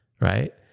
Right